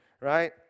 right